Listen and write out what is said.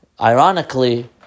Ironically